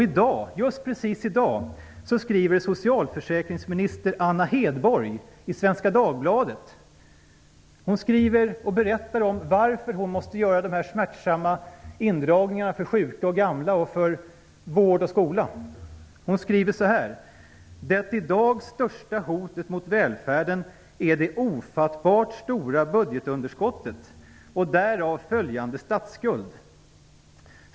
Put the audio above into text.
I dag, just precis i dag, skriver socialförsäkringsminister Anna Hedborg i Svenska Dagbladet och berättar om varför hon måste göra de smärtsamma indragningarna för sjuka och gamla, för vård och skola. Hon skriver så här: "Det i dag största hotet mot välfärden är det ofattbart stora budgetunderskottet och därav följande statsskuld.